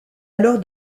alors